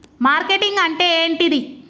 Marketing అంటే ఏంటిది?